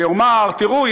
ויאמר: תראו,